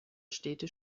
städte